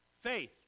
faith